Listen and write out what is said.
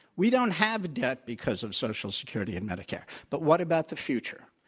we don't have debt because of social security and medicare. but what about the future?